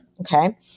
okay